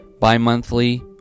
bi-monthly